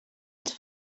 els